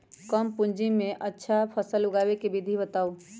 कम पूंजी में अच्छा फसल उगाबे के विधि बताउ?